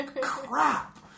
crap